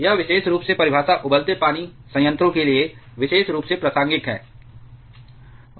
यह विशेष रूप से परिभाषा उबलते पानी संयंत्रों के लिए विशेष रूप से प्रासंगिक है